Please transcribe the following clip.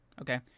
okay